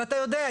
ואתה יודע,